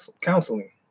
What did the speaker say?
counseling